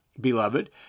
beloved